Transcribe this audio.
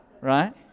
Right